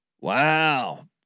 Wow